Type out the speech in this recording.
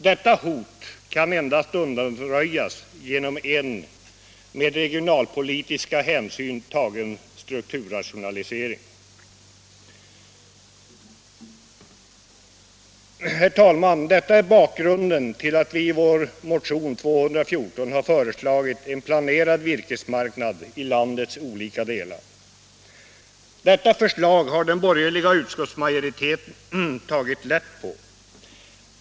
Detta hot kan endast undanröjas genom en av regionalpolitiskt hänsynstagande präglad strukturrationalisering. Herr talman! Detta är bakgrunden till att vi i vår motion 214 har föreslagit en planerad virkesmarknad i landets olika delar. Detta förslag har den borgerliga utskottsmajoriteten tagit lätt på.